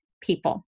people